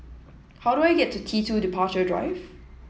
how do I get to T two Departure Drive